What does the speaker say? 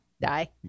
die